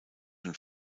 und